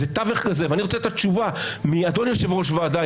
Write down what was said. אני רוצה את התשובה מאדון יושב ראש הוועדה,